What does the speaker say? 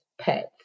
pets